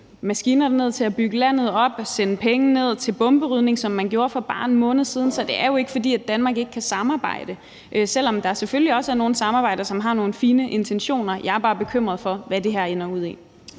maskiner derned til at bygge landet op og sende penge ned til bomberydning, som man gjorde for bare en måned siden. Så det er jo ikke, fordi Danmark ikke kan samarbejde; selv om der selvfølgelig også er nogle samarbejder, som har nogle fine intentioner. Jeg er bare bekymret for, hvad det her ender ud i.